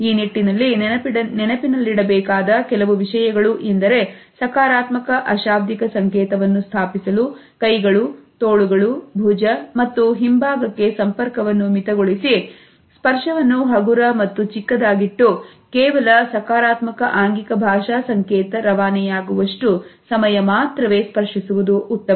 ಈ ನಿಟ್ಟಿನಲ್ಲಿ ನೆನಪಿನಲ್ಲಿಡಬೇಕಾದ ಕೆಲವು ವಿಷಯಗಳು ಎಂದರೆ ಸಕಾರಾತ್ಮಕ ಅಶಾಬ್ದಿಕ ಸಂಕೇತವನ್ನು ಸ್ಥಾಪಿಸಲು ಕೈಗಳು ತೋಳುಗಳು ಭುಜ ಮತ್ತು ಹಿಂಭಾಗಕ್ಕೆ ಸಂಪರ್ಕವನ್ನು ಮಿತಿಗೊಳಿಸಿ ಸ್ಪರ್ಶವನ್ನು ಹಗುರ ಮತ್ತು ಚಿಕ್ಕದಾಗಿಟ್ಟು ಕೇವಲ ಸಕಾರಾತ್ಮಕ ಆಂಗಿಕ ಭಾಷಾ ಸಂಕೇತ ರವಾನೆಯಾಗುವ ಅಷ್ಟು ಸಮಯ ಮಾತ್ರವೇ ಸ್ಪರ್ಶಿಸುವುದು ಉತ್ತಮ